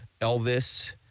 Elvis